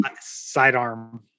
sidearm